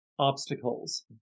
obstacles